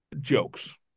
jokes